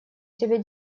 тебе